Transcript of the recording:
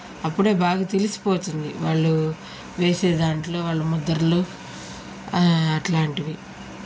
అప్పుడే బాగా తెలిసిపోతుంది వాళ్ళు వేసే దాంట్లో వాళ్ళ ముదర్లు అట్లాంటివి